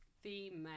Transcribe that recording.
female